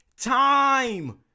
time